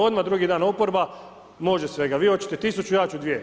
Odmah drugi dan oporba može svega, vi hoćete 1000, ja ću dvije.